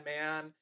man